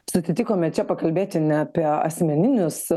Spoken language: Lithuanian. susitikome čia pakalbėti ne apie asmeninius